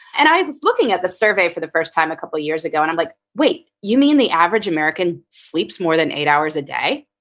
and i was looking at the survey for the first time a couple of years ago and i'm like, wait, you mean the average american sleeps more than eight hours a day?